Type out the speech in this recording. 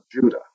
Judah